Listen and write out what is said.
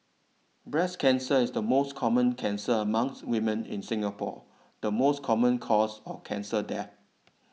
breast cancer is the most common cancer among women in Singapore the most common cause of cancer death